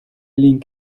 link